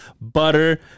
butter